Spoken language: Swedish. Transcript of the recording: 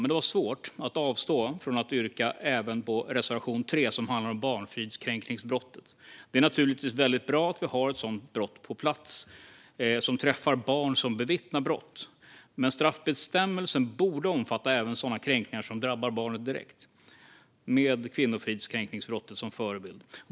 Men det var svårt att avstå från att yrka bifall även till reservation 3, som handlar om barnfridskränkningsbrottet. Det är naturligtvis väldigt bra att vi har ett sådant på plats som träffar barn som bevittnar brott. Men straffbestämmelsen borde omfatta även sådana kränkningar som drabbar barnet direkt, med kvinnofridskränkningsbrottet som förebild.